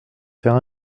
faire